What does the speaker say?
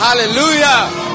Hallelujah